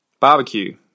Barbecue